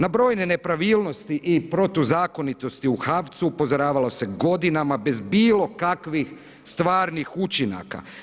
Na brojne nepravilnosti i protuzakonitosti u HAVC-u upozoravalo se godinama bez bilo kakvih stvarnih učinaka.